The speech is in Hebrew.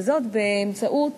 וזאת, באמצעות